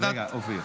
אופיר,